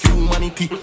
humanity